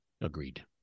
Agreed